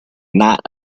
not